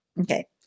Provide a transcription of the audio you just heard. Okay